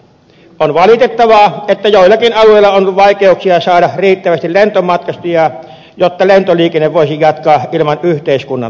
on valitettavaa että joillakin alueilla on vaikeuksia saada riittävästi lentomatkustajia jotta lentoliikenne voisi jatkaa ilman yhteiskunnan tukea